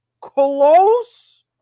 Close